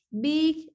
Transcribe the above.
big